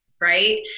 right